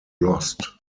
lost